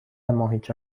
ماهیچه